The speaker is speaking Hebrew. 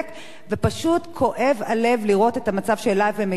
ופשוט כואב הלב לראות את המצב שאליו הם מגיעים.